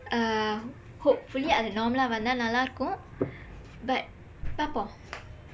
uh hopefully அது:athu normalaa வந்தா நல்லா இருக்கும்:vandthaa nallaa irukkum but பார்ப்போம்:paarppoom